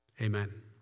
Amen